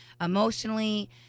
emotionally